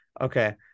Okay